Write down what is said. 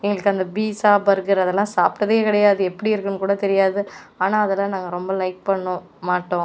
எங்களுக்கு அந்த pizza burger அதெல்லாம் சாப்பிடதே கிடையாது எப்படி இருக்கும்ன்னு கூட தெரியாது ஆனால் அதெல்லாம் நாங்கள் ரொம்ப லைக் பண்ணோம் மாட்டோம்